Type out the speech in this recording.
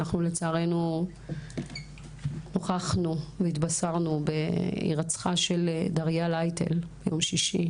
אנחנו לצערנו נוכחנו והתבשרנו בהירצחה של דריה ליטל ביום שישי,